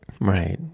Right